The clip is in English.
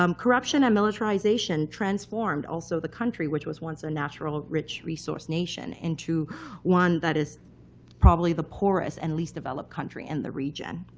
um corruption and militarization transformed also the country, which was once a natural, rich resource nation, into one that is probably the poorest and least developed country in and the region.